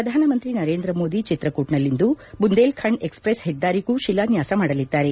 ಪ್ರಧಾನ ಮಂತ್ರಿ ನರೇಂದ್ರ ಮೋದಿ ಚಿತ್ರಕೂಟ್ನಲ್ಲಿಂದು ಬುಂದೆಲ್ ಖಂಡ್ ಎಕ್ಸ್ಪ್ರೆಸ್ ಹೆದ್ದಾರಿಗೂ ಶಿಲಾನ್ಗಾಸ ಮಾಡಲಿದ್ದಾರೆ